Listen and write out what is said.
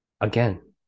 again